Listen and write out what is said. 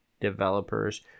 developers